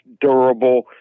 durable